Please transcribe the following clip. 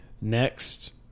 Next